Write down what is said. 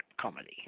comedy